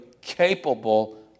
capable